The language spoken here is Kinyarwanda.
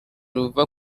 ruva